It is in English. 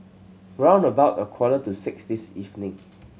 round about a quarter to six this evening